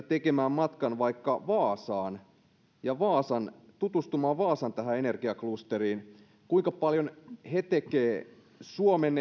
tekemään matkan vaikka vaasaan ja tutustumaan vaasan energiaklusteriin ja siihen kuinka paljon he tekevät vaikkapa suomen